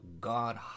God